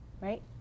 right